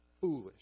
foolish